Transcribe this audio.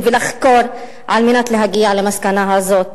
ולחקור על מנת להגיע למסקנה הזאת,